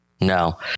no